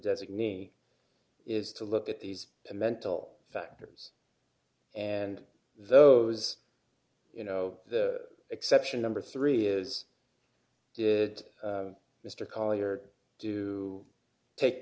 designee is to look at these mental factors and those you know the exception number three is is d that mr collyer do take